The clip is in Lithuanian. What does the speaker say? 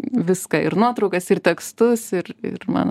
viską ir nuotraukas ir tekstus ir ir man